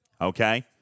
okay